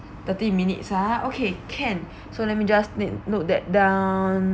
thirty minutes ah okay can so let me just no~ note that down